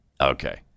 Okay